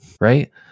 right